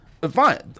Fine